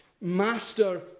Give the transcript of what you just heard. master